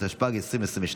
התשפ"ג 2022,